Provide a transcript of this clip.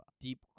deep